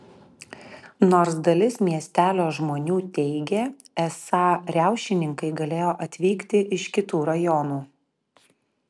nors dalis miestelio žmonių teigė esą riaušininkai galėjo atvykti iš kitų rajonų